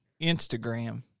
instagram